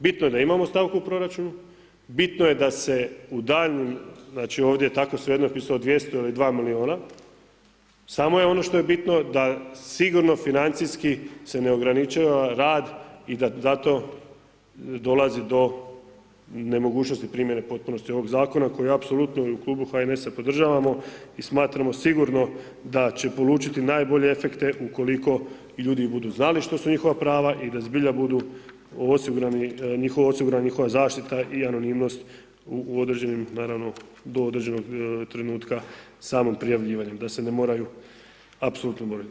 Bitno je da imamo stavku u proračunu, bitno je da se u daljnjem znači ovdje je tako svejedno pisalo 200 ili 2.000.000 samo je ono što je bitno da sigurno financijski se ne ograničava rad i da zato dolazi do nemogućnosti primjene potpunosti ovog Zakona koji apsolutno u klubu HNS-a podržavamo i smatramo sigurno da će polučiti najbolje efekte ukoliko ljudi budu znali što su njihova prava i da zbilja budu osigurani, njihovi osigurani, njihova zaštita i anonimnost u određenim, naravno, do određenog trenutka samog prijavljivanja, da se ne moraju apsolutno borit.